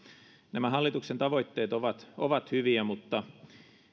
nämä hallituksen tavoitteet ovat ovat hyviä mutta